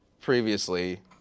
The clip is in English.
previously